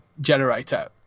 generator